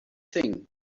thing